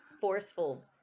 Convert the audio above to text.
forceful